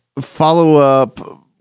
follow-up